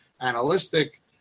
analytic